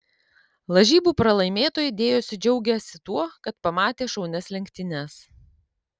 lažybų pralaimėtojai dėjosi džiaugiąsi tuo kad pamatė šaunias lenktynes